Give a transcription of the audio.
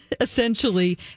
essentially